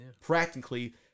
practically